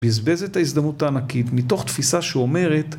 בזבז את ההזדמנות הענקית מתוך תפיסה שאומרת